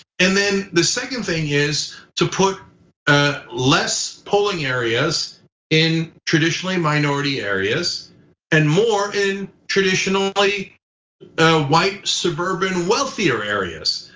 and then the second thing is to put ah less polling areas in traditionally minority areas and more in traditionally white suburban wealthier areas.